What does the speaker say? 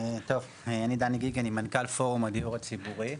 שמי דני גיגי ואני מנכ"ל פורום הדיור הציבורי.